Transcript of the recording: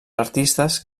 artistes